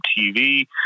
TV